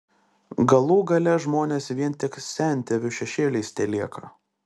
galų gale žmonės vien tik sentėvių šešėliais telieka